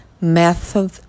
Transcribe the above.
method